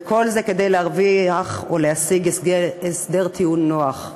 וכל זה כדי להרוויח או להשיג הסדר טיעון נוח.